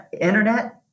internet